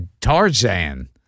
Tarzan